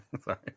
sorry